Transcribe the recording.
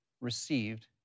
received